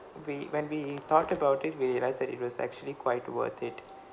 we when we thought about it we realise that it was actually quite worth it